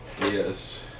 Yes